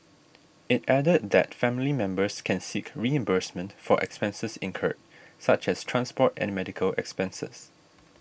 it added that family members can seek reimbursement for expenses incurred such as transport and medical expenses